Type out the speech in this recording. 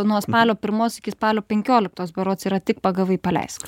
nuo spalio pirmos spalio penkioliktos berods yra tik pagavai paleisk